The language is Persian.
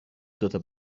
دوتا